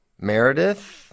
Meredith